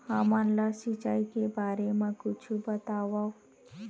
हमन ला सिंचाई के बारे मा कुछु बतावव?